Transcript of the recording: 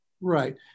Right